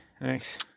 Thanks